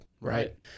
Right